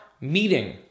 meeting